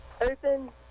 open